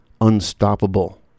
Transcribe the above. unstoppable